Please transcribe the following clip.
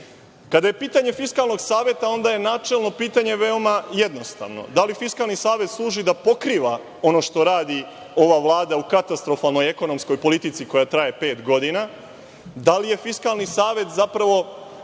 je pitanje Fiskalnog saveta, onda je načelno pitanje veoma jednostavno - da li Fiskalni savet služi da pokriva ono što radi ova Vlada u katastrofalnoj ekonomskoj politici koja traje pet godina? Da li je Fiskalni savet zapravo